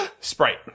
Sprite